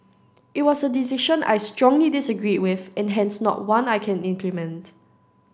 it was a decision I strongly disagreed with and hence not one I can implement